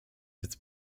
its